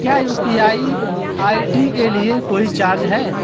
क्या UPI ID के लिए कोई चार्ज है?